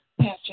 Pastor